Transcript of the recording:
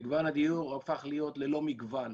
מגוון הדיור הפך להיות ללא מגוון.